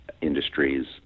industries